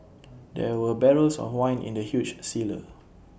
there were barrels of wine in the huge